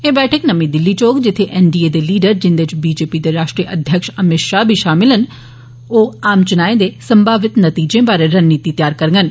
एह् मीटिंग नर्मी दिल्ली च होग जित्थें एन डी ए दे लीडर जिंदे च बीजेपी दे राष्ट्री अध्यक्ष अमित शाह बी शामिल न ओह आम च्नाएं दे संभावित नतीजें बारे रणनीति तैयार करड़न